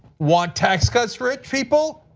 want tax cuts rich people?